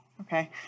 okay